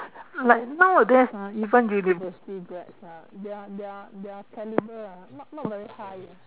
like nowadays ah even university grads ah their their their calibre ah not not very high ah